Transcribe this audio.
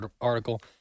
article